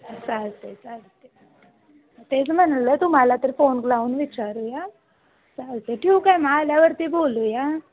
चालते चालते तेचं म्हणलं तुम्हाला तर फोन लावून विचारूया चालते ठेवू काय मग आल्यावरती बोलूया